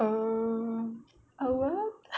err our [one]